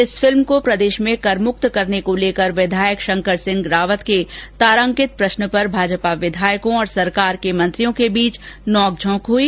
इस फिल्म को प्रदेश में कर मुक्त करने को लेकर विधायक शंकर सिंह रावत के तारांकित प्रश्न पर भाजपा विधायको और सरकार के मन्त्रियों के बीच नोकझोंक हुई